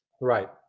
Right